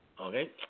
Okay